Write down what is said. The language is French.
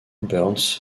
burns